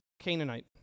Canaanite